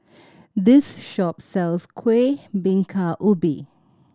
this shop sells Kuih Bingka Ubi